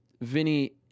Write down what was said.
Vinny